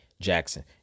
Jackson